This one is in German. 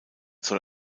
soll